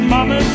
Mama